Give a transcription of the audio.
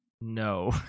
No